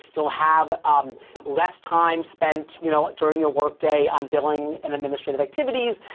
you'll have um less time spent you know during your work day on billing and administrative activities.